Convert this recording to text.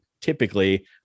typically